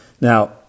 Now